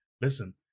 listen